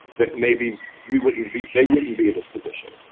that maybe we wouldn't be they wouldn't be in this position.